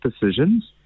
decisions